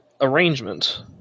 arrangement